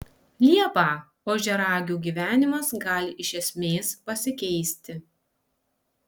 liepą ožiaragių gyvenimas gali iš esmės pasikeisti